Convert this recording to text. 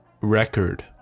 record